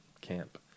camp